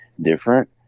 different